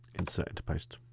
insert into post.